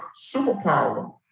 superpower